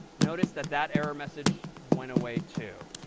notice that that error message went away too.